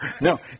No